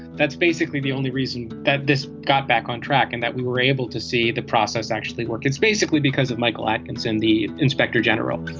that's basically the only reason that this got back on track and that we were able to see the process actually work it's basically because of michael atkinson the inspector general